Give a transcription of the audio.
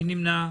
מי נמנע?